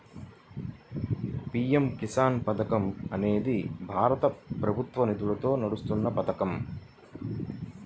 PM Kisan పథకం అనేది భారత ప్రభుత్వ నిధులతో నడుస్తున్న పథకం